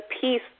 peace